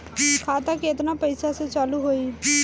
खाता केतना पैसा से चालु होई?